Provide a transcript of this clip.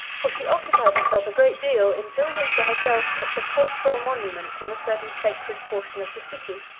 for she occupied herself a great deal in building for herself a sepulchral monument in a certain sacred portion of the city.